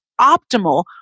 optimal